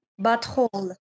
Butthole